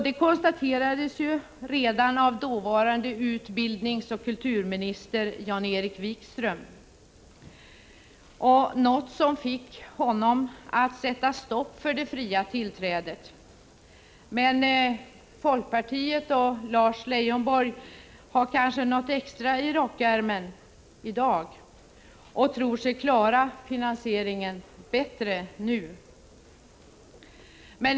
Detta konstaterades redan av dåvarande utbildningsoch kulturministern Jan-Erik Wikström, och det var något som fick honom att sätta stopp för det fria tillträdet. Men folkpartiet och Lars Leijonborg har kanske något extra kort i rockärmen i dag och tror sig kunna klara finansieringen bättre nu.